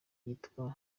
yitwa